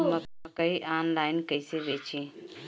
मकई आनलाइन कइसे बेची?